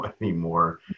anymore